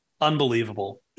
Unbelievable